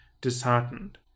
disheartened